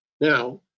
Now